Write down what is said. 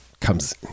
comes